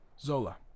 Zola